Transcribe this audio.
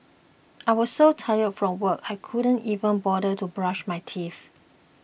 I was so tired from work I could not even bother to brush my teeth